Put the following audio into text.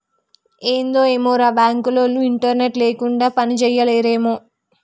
ఏందో ఏమోరా, బాంకులోల్లు ఇంటర్నెట్ లేకుండ పనిజేయలేరేమో